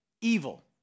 evil